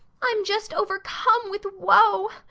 i'm just overcome with woe.